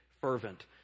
fervent